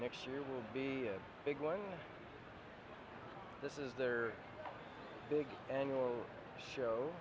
will be a big one this is their big annual show